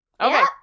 Okay